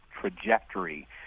trajectory